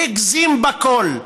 הגזים בכול,